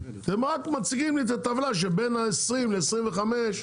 אתם רק מציגים לי את הטבלה שבין ה-20 ל-25,